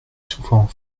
souvent